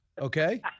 okay